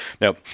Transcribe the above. Now